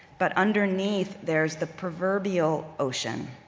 but underneath there's the proverbial ocean.